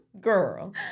Girl